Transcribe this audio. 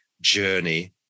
journey